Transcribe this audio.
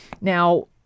Now